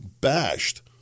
bashed